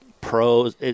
pros